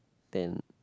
then